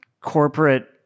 corporate